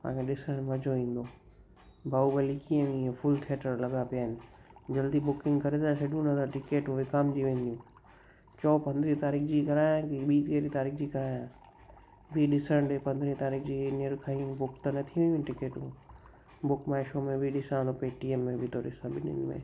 पाण ॾिसणु मज़ो ईंदो बाहुबली कीअं हुई हीअ फुल थिएटर लॻा पिया आहिनि जल्दी बुकिंग करे था छॾूं न त टिकेटूं विकामिजी वेंदियूं चओ पंद्रहीं तारीख़ जी करायां की ॿीं कहिड़ी तारीख़ जी करायां ॿीं ॾिसण ॾिए पंद्रहीं तारीख़ जी हीअंर खां ई बुक त न थी वियूं आहिनि टिकेटूं बुक माए शो में बि ॾिसां थो पेटीएम में बि थो ॾिसां ॿिन्हिनि में